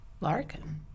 Larkin